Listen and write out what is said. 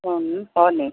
उम् हो नि